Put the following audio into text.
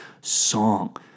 song